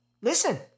Listen